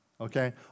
okay